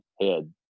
head